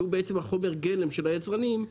שהוא בעצם חומר הגלם של היצרנים,